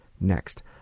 next